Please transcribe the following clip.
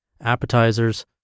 appetizers